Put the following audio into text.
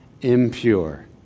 Impure